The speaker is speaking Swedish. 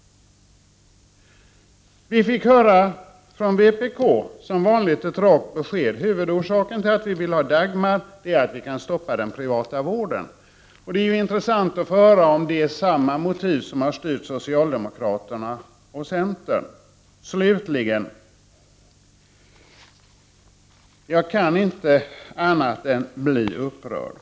Från vpk fick vi som vanligt ett rakt besked: Huvudorsaken till att vi vill ha Dagmar är att vi kan stoppa den privata vården. Det vore intressant att få höra om det är samma motiv som styrt socialdemokraterna och centern. Slutligen: Jag kan inte annat än bli upprörd.